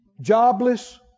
jobless